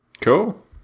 Cool